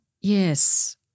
yes